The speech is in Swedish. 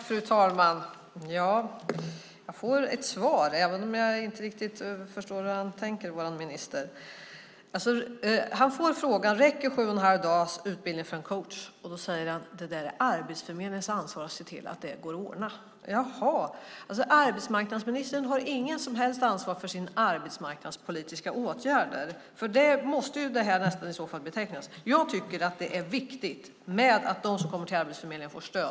Fru talman! Ja, jag får ett svar, även om jag inte riktigt förstår hur han tänker, vår minister. Han får frågan: Räcker sju och en halv dags utbildning för en coach? Och då säger han: Det är Arbetsförmedlingens ansvar att se till att det går att ordna. Jaha, så arbetsmarknadsministern har inget som helst ansvar för sina arbetsmarknadspolitiska åtgärder? För så måste väl det här nästan betecknas i så fall. Jag tycker att det är viktigt att de som kommer till Arbetsförmedlingen får stöd.